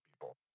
people